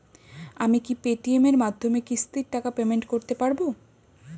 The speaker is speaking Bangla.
আমি কি পে টি.এম এর মাধ্যমে কিস্তির টাকা পেমেন্ট করতে পারব?